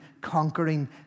conquering